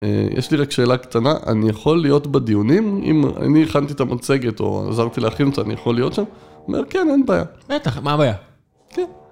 יש לי רק שאלה קטנה, אני יכול להיות בדיונים, אם אני הכנתי את המצגת או עזרתי להכין אותה, אני יכול להיות שם? אני אומר, כן, אין בעיה. בטח, מה הבעיה? כן.